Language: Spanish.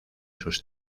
sus